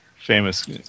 Famous